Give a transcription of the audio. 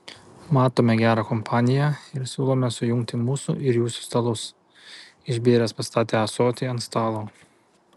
matome gerą kompaniją ir siūlome sujungti mūsų ir jūsų stalus išbėręs pastatė ąsotį ant stalo